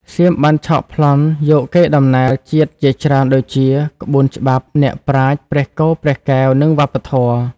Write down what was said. សៀមបានឆក់ប្លន់យកកេរដំណែលជាតិជាច្រើនដូចជា ក្បួនច្បាប់ អ្នកប្រាជ្ញ ព្រះគោ ព្រះកែវ និងវប្បធម៌។